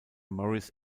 morris